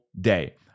day